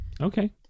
Okay